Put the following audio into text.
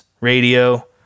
radio